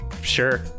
Sure